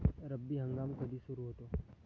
रब्बी हंगाम कधी सुरू होतो?